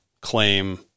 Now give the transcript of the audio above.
claim